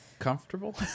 comfortable